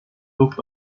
luft